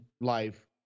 life